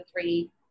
three